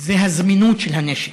זה הזמינות של הנשק.